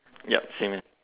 yep same